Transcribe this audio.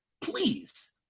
please